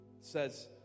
says